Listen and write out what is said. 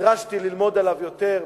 נדרשתי ללמוד עליו יותר,